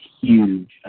huge